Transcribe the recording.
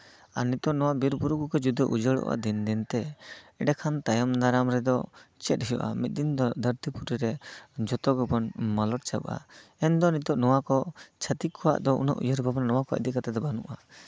ᱟᱨ ᱱᱤᱛᱚᱜ ᱱᱚᱣᱟ ᱵᱤᱨ ᱵᱩᱨᱩ ᱠᱚᱠᱚ ᱡᱩᱫᱤ ᱩᱡᱟᱹᱲᱚᱜᱼᱟ ᱫᱤᱱ ᱫᱤᱱ ᱛᱮ ᱮᱱᱰᱮ ᱠᱷᱟᱱ ᱛᱟᱭᱚᱢ ᱫᱟᱨᱟᱢ ᱨᱮᱫᱚ ᱪᱮᱫ ᱦᱩᱭᱩᱜᱼᱟ ᱢᱤᱫ ᱫᱤᱱ ᱫᱚ ᱫᱷᱟᱹᱨᱛᱤ ᱠᱷᱩᱴᱤᱨᱮ ᱡᱚᱛᱚ ᱜᱮᱵᱚᱱ ᱢᱟᱞᱚᱴ ᱪᱟᱵᱟᱜᱼᱟ ᱢᱮᱱᱫᱚ ᱱᱤᱛᱚᱜ ᱱᱚᱣᱟ ᱠᱚ ᱪᱷᱟᱹᱛᱤᱠ ᱠᱚᱣᱟᱜ ᱫᱚ ᱩᱭᱦᱟᱹᱨ ᱵᱷᱟᱵᱽᱱᱟ ᱱᱚᱣᱟ ᱠᱚ ᱤᱫᱤ ᱠᱟᱛᱮᱜ ᱫᱚ ᱵᱟᱹᱱᱩᱜᱼᱟ